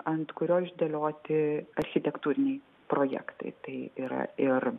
ant kurio išdėlioti architektūriniai projektai tai yra ir